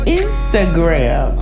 instagram